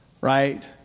Right